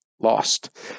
lost